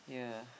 yeah